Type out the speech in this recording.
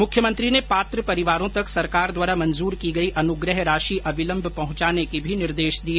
मुख्यमंत्री ने पात्र परिवारों तक सरकार द्वारा मंजूर की गई अनुग्रह राशि अविलंब पहुंचाने के भी निर्देश दिए